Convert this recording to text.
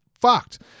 fucked